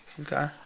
Okay